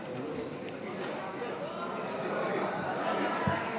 התקנת מעלית מטעמים מיוחדים), התשע"ח 2018,